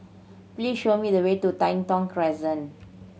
please show me the way to Tai Thong Crescent